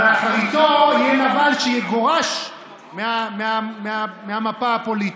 אבל אחריתו יהיה נבל שיגורש מהמפה הפוליטית.